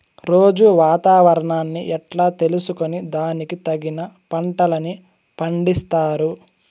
రోజూ వాతావరణాన్ని ఎట్లా తెలుసుకొని దానికి తగిన పంటలని పండిస్తారు?